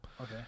Okay